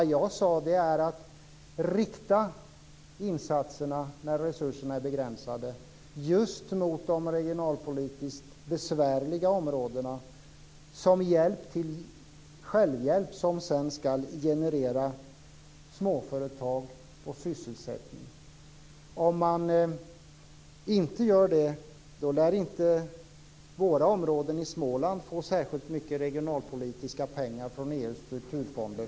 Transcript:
Jag sade att man, när resurserna är begränsade, skall rikta insatserna just mot de områden som har det regionalpolitiskt besvärligt, som en hjälp till självhjälp som sedan skall generera småföretag och sysselsättning. Om man inte gör det lär våra områden i Småland inte få särskilt mycket regionalpolitiska pengar från EU:s strukturfonder.